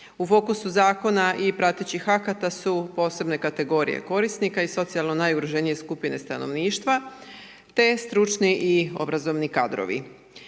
U fokusu zakona i pratećih akata su posebne kategorije korisnika i socijalno najugroženije skupine stanovništva te stručni i obrazovni kadrovi.